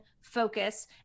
focus